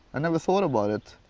i never thought about it.